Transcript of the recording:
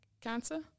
cancer